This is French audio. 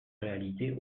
réalité